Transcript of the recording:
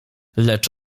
lecz